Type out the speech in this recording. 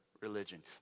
religion